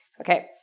Okay